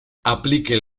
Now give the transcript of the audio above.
aplique